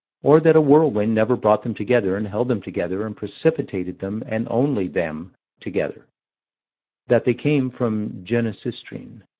or that a whirlwind never brought them together and held them together and precipitated them and only them together that they came from genesistrine.